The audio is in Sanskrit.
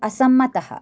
असम्मतः